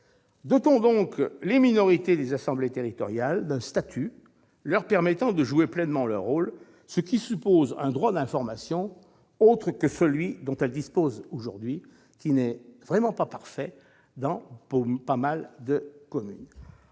Dotons donc les minorités des assemblées territoriales d'un statut leur permettant de jouer pleinement leur rôle, ce qui suppose un droit à l'information autre que celui dont elles disposent aujourd'hui. Or le fonctionnement des collectivités,